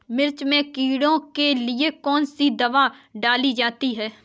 मिर्च में कीड़ों के लिए कौनसी दावा डाली जाती है?